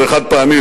זה חד-פעמי,